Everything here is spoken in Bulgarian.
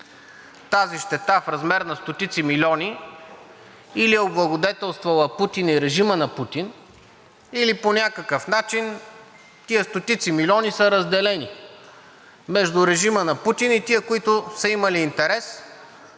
Тази щета в размер на стотици милиони или е облагодетелствала Путин и режима на Путин, или по някакъв начин тези стотици милиони са разделени между режима на Путин и тези, които са имали интерес